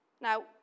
Now